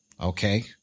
okay